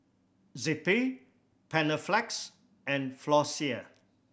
Zappy Panaflex and Floxia